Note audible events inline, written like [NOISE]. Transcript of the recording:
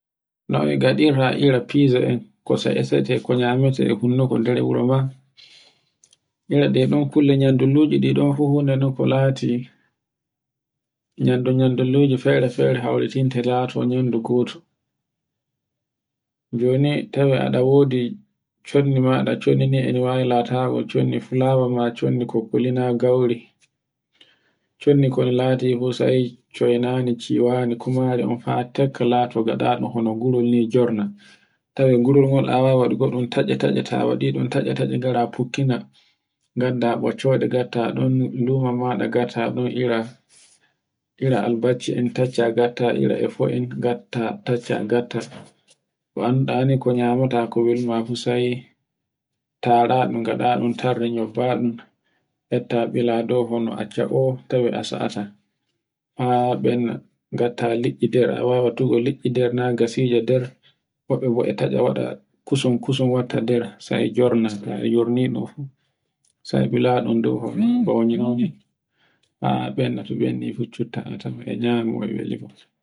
Noy ngaɗirta ira fiza en ko sa issete e ko nyameten e hunnoko nder wuro ngan. Ira ɗe ɗe nkulla nyandulluji ɗi ɗon fu huna non ko lati nyando nyalloji fu fere-fere hauritinte lato nyandu gotu. [NOISE] Joni tawe aɗa wodi chondi maɗa, chondi e ɗa wayla chondi fulawa, chondi kokkuli na gauri, chondi kol lati fu sai coynane ciwane, kumare fa tekka lato gaɗaɗo huna gurol ni jorna, tawe gulo ngol awai waɗu godun tatce-tatce ta waɗiɗun tatce-tatce ngara fukkina ngadda ɓoccoɗe ngatta ɗn lumo maɗa ɗon ira albacci en tacce. [NOISE] ko annduɗa ni ko nyamata ko weluma fu sai tara ɗum ngaɗaɗum tarru nyobba ɗum, etta bila dow acca o tawe a sa'ata haa benda, [NOISE] ngatta liɗɗi nder. a wawi wattugo liɗɗi nder na gasije e nder wobbe bo e tawa tatca waɗa kusun-kusun watta nder sai jorna. [NOISE] ta jorni ɗun fu sai bila ɗun dow [NOISE] haa benda to bendi fu chotta a tawi e nyamo.